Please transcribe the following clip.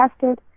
tested